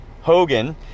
Hogan